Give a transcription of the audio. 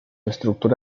estructura